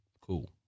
Cool